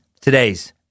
today's